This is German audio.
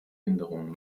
änderungen